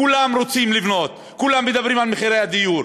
כולם רוצים לבנות, כולם מדברים על מחירי הדיור.